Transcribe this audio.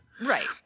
Right